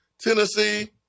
Tennessee